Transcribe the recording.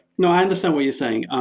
no, i understand what you're saying.